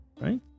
right